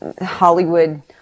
Hollywood